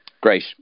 Great